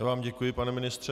Já vám děkuji, pane ministře.